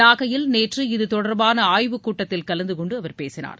நாகையில் நேற்று இதுதொடர்பான ஆய்வுக்கூட்டத்தில் கலந்துகொண்டு அவர் பேசினார்